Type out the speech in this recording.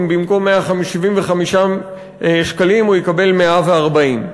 במקום 175 שקלים הוא יקבל 140 שקלים.